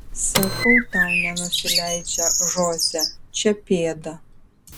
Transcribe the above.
sakau tau nenusileidžia žoze čia pėda